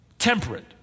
temperate